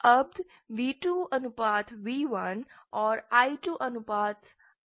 अब V2 अनुपात V1 और I2 अनुपात I1 क्या है